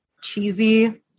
cheesy